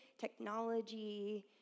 technology